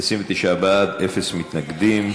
חישוב עמלת ההפצה מדמי הניהול),